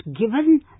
given